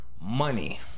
money